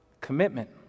commitment